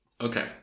Okay